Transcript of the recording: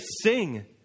sing